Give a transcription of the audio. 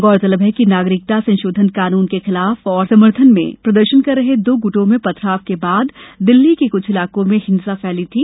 गौरतलब है कि नागरिकता संशोधन कानून के खिलाफ और समर्थन में प्रदर्शन कर रहे दो गुटो में पथराव के बाद दिल्ली के कुछ इलाकों में हिंसा फैली थी